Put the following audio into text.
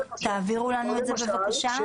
תעבירו לנו את זה בבקשה.